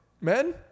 men